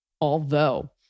although-